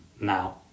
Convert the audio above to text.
now